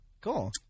cool